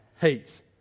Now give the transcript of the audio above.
hates